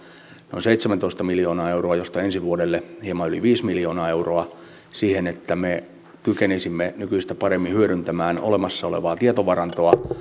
noin seitsemäntoista miljoonaa euroa josta ensi vuodelle hieman yli viisi miljoonaa euroa siihen että me kykenisimme nykyistä paremmin hyödyntämään olemassa olevaa tietovarantoa